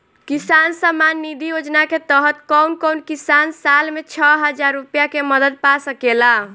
किसान सम्मान निधि योजना के तहत कउन कउन किसान साल में छह हजार रूपया के मदद पा सकेला?